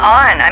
on